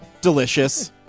Delicious